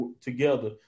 together